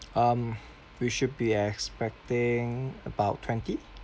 um we should be expecting about twenty